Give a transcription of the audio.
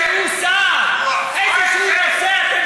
תקבלו אצלנו איזשהו מוסר,